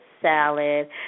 salad